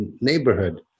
neighborhood